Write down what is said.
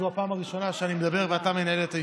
זו הפעם הראשונה שאני מדבר ואתה מנהל את הישיבה.